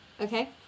Okay